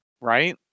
right